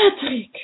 Patrick